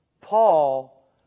Paul